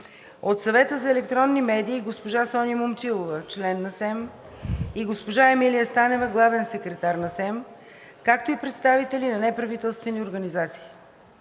от Съвета за електронни медии госпожа Соня Момчилова – член на СЕМ, и госпожа Емилия Станева – главен секретар на СЕМ, както и представители на неправителствени организации.